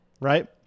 right